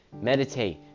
Meditate